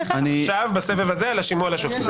עכשיו, בסבב הזה, שימוע לשופטים.